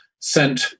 sent